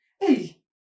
Hey